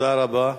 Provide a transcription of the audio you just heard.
תודה רבה.